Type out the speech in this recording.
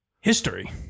history